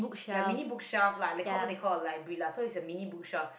ya mini bookshelves lah they called what they called a library lah so it's a mini bookshelf